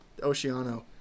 Oceano